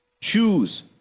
Choose